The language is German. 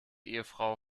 ehefrau